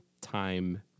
time